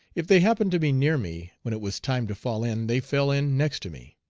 if they happened to be near me when it was time to fall in, they fell in next to me.